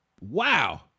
Wow